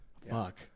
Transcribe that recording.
Fuck